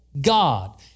God